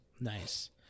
Nice